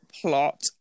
plot